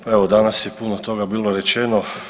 Pa evo danas je puno toga bilo rečeno.